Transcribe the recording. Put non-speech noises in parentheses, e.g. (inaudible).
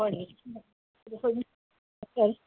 ꯍꯣꯏ (unintelligible)